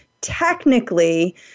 technically